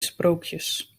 sprookjes